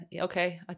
okay